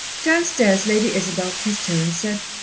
downstairs, lady isabel kissed her, and said,